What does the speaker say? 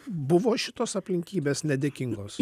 buvo šitos aplinkybės nedėkingos